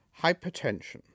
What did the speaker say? hypertension